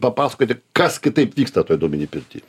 papasakoti kas kitaip vyksta toj dūminėj pirty